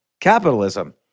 capitalism